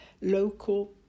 local